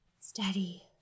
steady